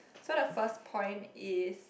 so the first point is